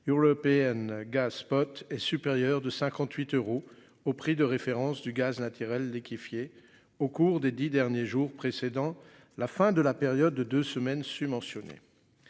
hurle PN gaz spot est supérieur de 58 euros au prix de référence du gaz naturel des keffieh au cours des 10 derniers jours précédant la fin de la période de deux semaines sus-mentionnés.